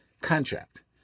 contract